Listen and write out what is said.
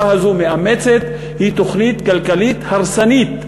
שהממשלה הזו מאמצת היא תוכנית כלכלית הרסנית.